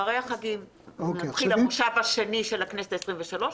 אחרי החגים יתחיל המושב השני של הכנסת העשרים ושלוש,